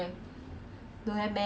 oh khatib